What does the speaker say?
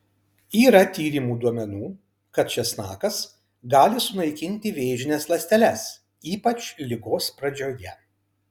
yra tyrimų duomenų kad česnakas gali sunaikinti vėžines ląsteles ypač ligos pradžioje